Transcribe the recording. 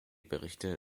berichte